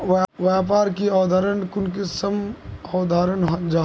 व्यापार की अवधारण कुंसम अवधारण जाहा?